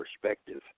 perspective